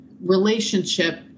relationship